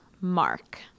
Mark